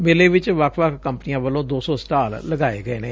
ਮੇਲੇ ਵਿਚ ਵੱਖ ਵੱਖ ਕੰਪਨੀਆਂ ਵੱਲੋਂ ਦੋ ਸੌ ਸਟਾਲ ਲਗਾਏ ਗਏ ਨੇ